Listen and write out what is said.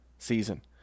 season